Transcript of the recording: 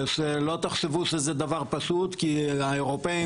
שלא תחשבו שזה דבר פשוט כי האירופים